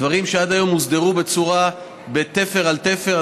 דברים שעד היום הוסדרו בתפר על תפר,